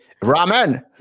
Ramen